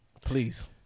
please